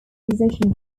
precision